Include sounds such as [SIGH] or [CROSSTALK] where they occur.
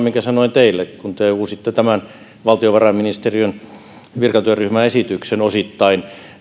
[UNINTELLIGIBLE] minkä sanoin teille kun te uusitte tämän valtiovarainministeriön virkatyöryhmän esityksen osittain